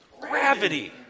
gravity